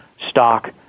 stock